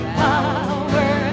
power